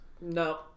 No